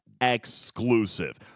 exclusive